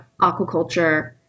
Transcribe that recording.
aquaculture